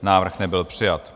Návrh nebyl přijat.